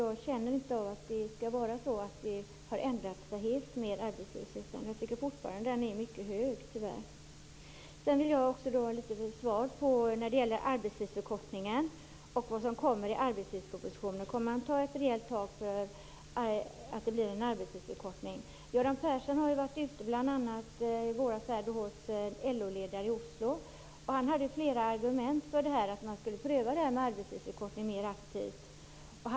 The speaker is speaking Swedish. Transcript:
Jag känner inte att det har ändrat sig helt med arbetslösheten. Jag tycker fortfarande att den tyvärr är mycket hög. När det gäller arbetstidsförkortningen vill jag också ha svar på vad som kommer i arbetstidspropositionen. Kommer man att ta ett rejält tag för att det skall bli en arbetstidsförkortning? Göran Persson var ju i våras bl.a. hos LO-ledare i Oslo. Han hade flera argument för att man skulle pröva arbetstidsförkortning mer aktivt.